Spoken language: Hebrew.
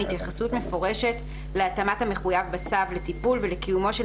התייחסות מפורשת להתאמת המחויב בצו לטיפול ולקיומו של